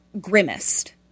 grimaced